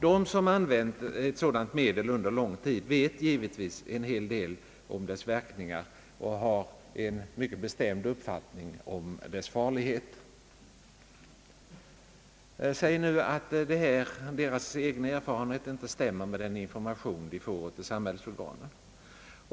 De som använt ett sådant medel under lång tid vet givetvis en hel del om dess verkningar och har en bestämd uppfattning om dess farlighet. Antag nu att deras egna erfarenheter inte stämmer med den information de får av samhällsorganen.